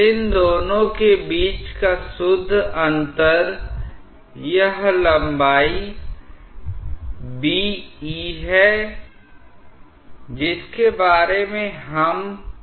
इन दोनों के बीच का शुद्ध अंतर यह लंबाई B' E' है जिसके बारे में हम बात कर रहे हैं